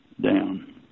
down